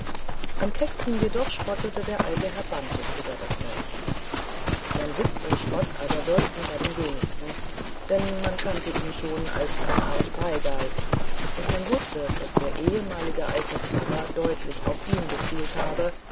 am kecksten jedoch spottete der alte herr bantes über das märchen sein witz und spott aber wirkte bei den wenigsten denn man kannte ihn schon als eine art freigeist und man wußte daß der ehemalige alte pfarrer deutlich auf ihn gezielt habe